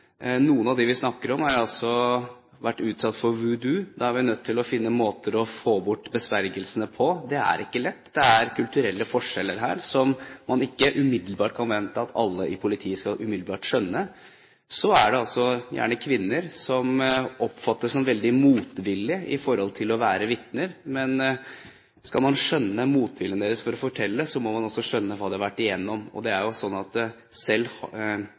Noen av dem vi snakker om, har vært utsatt for voodoo. Da er vi nødt til å finne måter å få bort besvergelsene på. Det er ikke lett. Det er kulturelle forskjeller her som man ikke umiddelbart kan forvente at alle i politiet skal skjønne. Så er det gjerne kvinner som oppfattes som veldig motvillige til å være vitner. Men skal man skjønne motviljen deres mot å fortelle, må man også skjønne hva de har vært